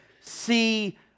see